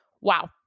Wow